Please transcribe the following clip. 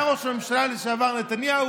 ראש הממשלה לשעבר, נתניהו,